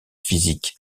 physique